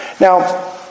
Now